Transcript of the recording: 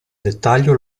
dettaglio